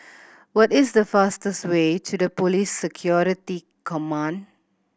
what is the fastest way to the Police Security Command